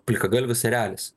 plikagalvis erelis